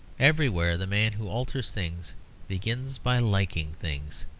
everywhere the man who alters things begins by liking things.